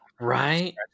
right